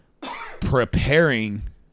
preparing